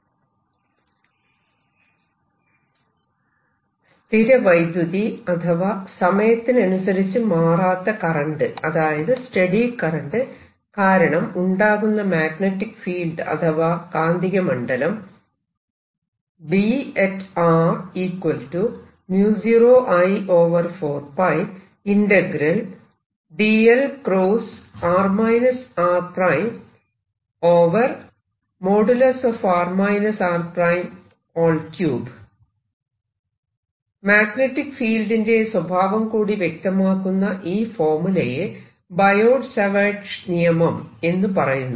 magnetic ഫീൽഡിന്റെ divergence curl സ്ഥിര വൈദ്യുതി അഥവാ സമയത്തിനനുസരിച്ച് മാറാത്ത കറന്റ് അതായത് സ്റ്റെഡി കറന്റ് കാരണം ഉണ്ടാകുന്ന മാഗ്നെറ്റിക് ഫീൽഡ് അഥവാ കാന്തിക മണ്ഡലം മാഗ്നെറ്റിക് ഫീൽഡിന്റെ സ്വഭാവം കൂടി വ്യക്തമാക്കുന്ന ഈ ഫോർമുലയെ ബയോട്ട് സാവേർട്ട് നിയമം എന്ന് പറയുന്നു